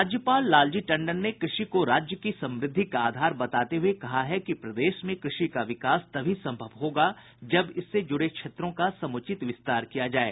राज्यपाल लालजी टंडन ने कृषि को राज्य की समृद्धि का आधार बताते हुए कहा है कि प्रदेश में कृषि का विकास तभी संभव होगा जब इससे जुड़े क्षेत्रों का समुचित विस्तार किया जाये